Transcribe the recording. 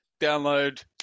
download